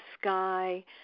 sky